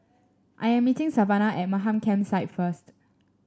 I am meeting Savana at Mamam Campsite first